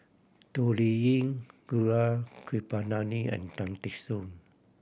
Toh Liying Gaurav Kripalani and Tan Teck Soon